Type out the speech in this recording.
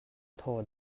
thaw